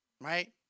right